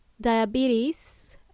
diabetes